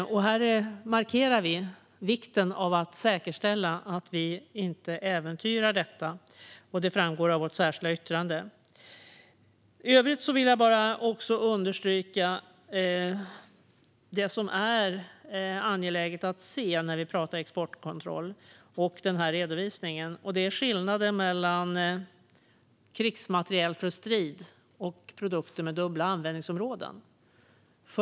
Här markerar vi vikten av att säkerställa att vi inte äventyrar detta. Det framgår av vårt särskilda yttrande. I övrigt vill jag bara understryka det som är angeläget att se när vi talar om exportkontroll och den här redovisningen: skillnaden mellan krigsmateriel för strid och produkter med dubbla användningsområden.